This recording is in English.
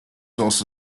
also